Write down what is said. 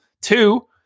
Two